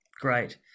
Great